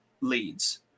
leads